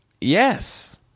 Yes